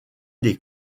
des